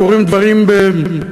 וקורים דברים במצרים,